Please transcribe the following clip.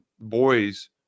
boys